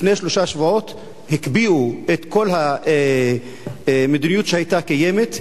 לפני שלושה שבועות הקפיאו את כל המדיניות שהיתה קיימת,